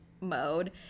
mode